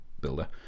builder